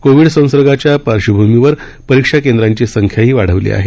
Covid संसर्गाच्या पार्श्वभूमीवर परीक्षा केंद्रांची संख्याही वाढवली आहे